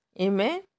Amen